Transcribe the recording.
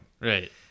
Right